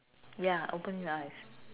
ya open the eyes